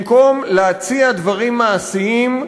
במקום להציע דברים מעשיים,